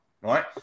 right